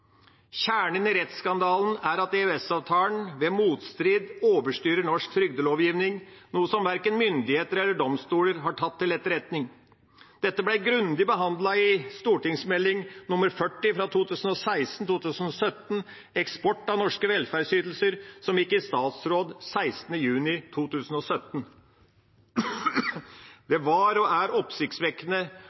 Kjernen i rettsskandalen er at EØS-avtalen ved motstrid overstyrer norsk trygdelovgivning, noe som verken myndigheter eller domstoler har tatt til etterretning. Dette ble grundig behandlet i Meld. St. 40 for 2016–2017 Eksport av norske velferdsytelser, som gikk i statsråd 16. juni 2017. Det var og er oppsiktsvekkende